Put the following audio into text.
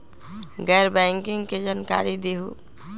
गैर बैंकिंग के जानकारी दिहूँ?